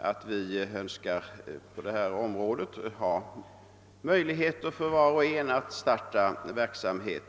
att vi på detta område önskar ha möjligheter för var och en att starta verksamhet.